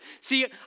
See